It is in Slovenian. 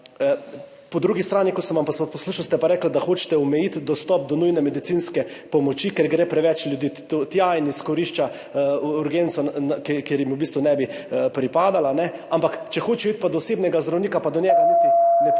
Po drugi strani, ko sem vas pa poslušal, ste pa rekli, da hočete omejiti dostop do nujne medicinske pomoči, ker gre preveč ljudi tja in izkoriščajo urgenco, ker jim v bistvu ne pripada, ampak če pa hočejo iti do osebnega zdravnika, pa do njega niti ne pridejo.